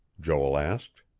joel asked.